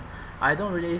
I don't really